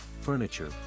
furniture